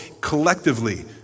collectively